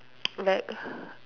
like